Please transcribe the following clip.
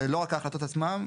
לא רק ההחלטות עצמן,